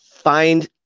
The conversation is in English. find